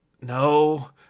no